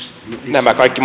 nämä kaikki